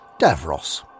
Davros